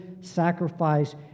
sacrifice